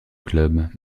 clubs